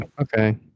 Okay